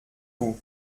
vous